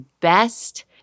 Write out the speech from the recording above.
best